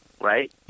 Right